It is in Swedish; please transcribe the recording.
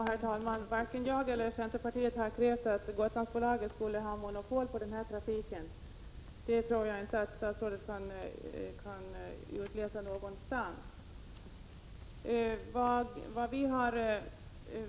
Herr talman! Varken jag eller centerpartiet har krävt att Gotlandsbolaget skall ha monopol på denna trafik. Det tror jag inte att statsrådet kan utläsa någonstans.